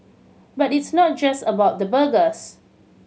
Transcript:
but it's not just about the burgers